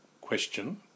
question